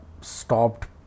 stopped